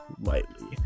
lightly